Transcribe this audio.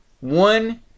One